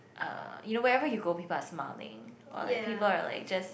uh you know wherever you go people are smiling or like people are like just